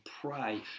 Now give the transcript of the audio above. pray